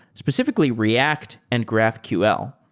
specifically react and graphql.